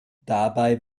dabei